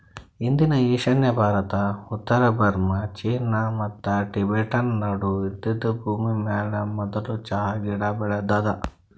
ಇಂದಿನ ಈಶಾನ್ಯ ಭಾರತ, ಉತ್ತರ ಬರ್ಮಾ, ಚೀನಾ ಮತ್ತ ಟಿಬೆಟನ್ ನಡು ಇದ್ದಿದ್ ಭೂಮಿಮ್ಯಾಲ ಮದುಲ್ ಚಹಾ ಗಿಡ ಬೆಳದಾದ